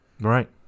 right